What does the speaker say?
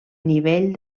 nivell